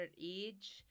age